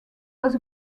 was